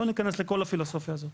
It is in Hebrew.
לא ניכנס לכל הפילוסופיה הזאת